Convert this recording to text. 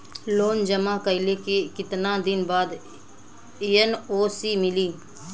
Loan जमा कइले के कितना दिन बाद एन.ओ.सी मिली?